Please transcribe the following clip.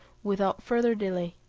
without farther delay,